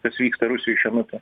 kas vyksta rusijoj šiuo metu